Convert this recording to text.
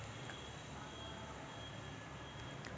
Online थकीत कर्ज कसे तपासायचे?